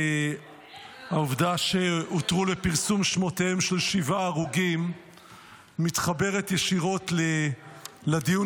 העובדה שהותרו לפרסום שמותיהם של שבעה הרוגים מתחברת ישירות לדיון